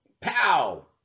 Pow